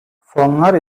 fonlar